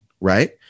Right